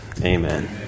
amen